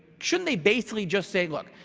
shouldn't they basically just say, look,